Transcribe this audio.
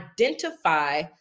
identify